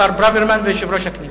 השר ברוורמן ויושב-ראש הכנסת.